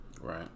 Right